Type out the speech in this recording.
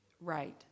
Right